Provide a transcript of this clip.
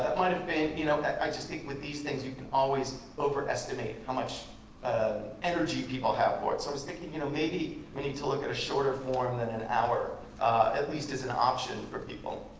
like you know i just think with these things you can always overestimate how much energy people have for it. so i was thinking you know maybe we need to look at a shorter form than an hour at least as an option for people.